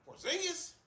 Porzingis